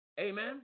Amen